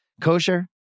kosher